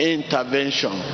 Intervention